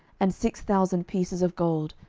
and six thousand pieces of gold,